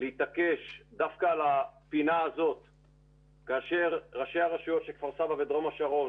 להתעקש דווקא על הפינה האת כאשר ראשי הרשויות של כפר סבא ודרום השרון